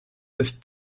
des